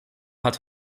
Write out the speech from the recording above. hat